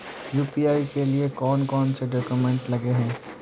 UPI के लिए कौन कौन से डॉक्यूमेंट लगे है?